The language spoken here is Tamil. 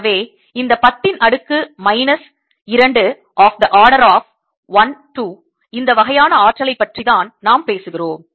எனவே இந்த 10 ன் அடுக்கு minus 2 of the order of 1 2 இந்த வகையான ஆற்றலைப் பற்றி தான் நாம் பேசுகிறோம்